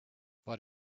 but